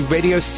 Radio